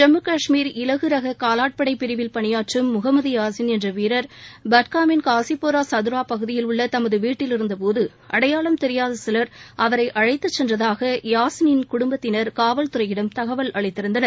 ஜம்மு காஷ்மீர் இலகுரக காலாட்படை பிரிவில் பணியாற்றும் முகமது யாசின் என்ற வீரர் பட்காமின் காஸிப்போரா சதுரா பகுதியில் உள்ள தமது வீட்டிலிருந்த போது அடையாளம் தெரியாத சிலர் அவரை அழைத்துச் சென்றதாக யாசினின் குடும்பத்தினர் காவல்துறையிடம் தகவல் அளித்திருந்தனர்